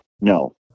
no